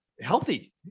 healthy